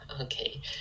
Okay